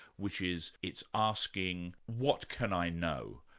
which is it's asking what can i know?